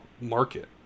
market